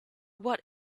what